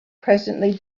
presently